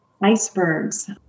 icebergs